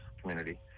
community